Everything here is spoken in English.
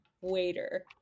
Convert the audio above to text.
Waiter